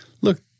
look